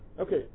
Okay